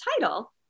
title